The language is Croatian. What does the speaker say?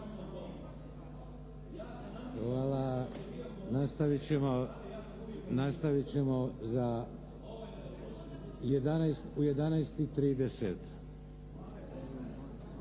Hvala. Nastavit ćemo u 12,30